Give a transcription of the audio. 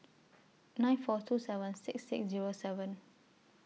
nine four two seven six six Zero seven